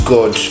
God